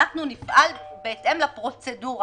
אנחנו נפעל בהתאם לפרוצדורה,